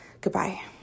goodbye